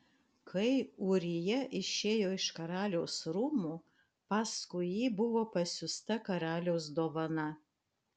kai ūrija išėjo iš karaliaus rūmų paskui jį buvo pasiųsta karaliaus dovana